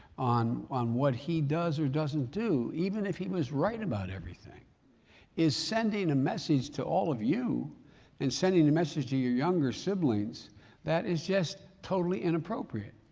on on what he does or doesn't do even if he was right about everything is sending a message to all of you and sending a message to your younger siblings that is just totally inappropriate.